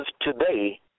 today